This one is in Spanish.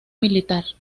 militar